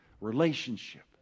relationship